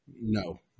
no